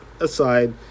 aside